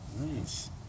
Nice